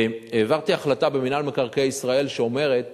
העברתי החלטה במינהל מקרקעי ישראל, שאומרת